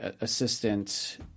assistant